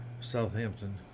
Southampton